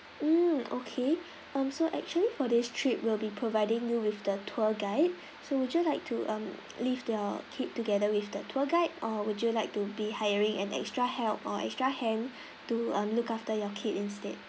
mm okay um so actually for this trip we'll be providing you with the tour guide so would you like to um live your kid together with the tour guide or would you like to be hiring an extra help or extra hand to look after your kid instead